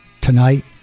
tonight